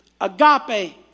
agape